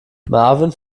marvin